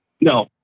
No